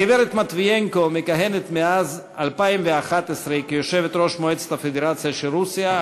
הגברת מטביינקו מכהנת מאז 2011 כיושבת-ראש מועצת הפדרציה של רוסיה,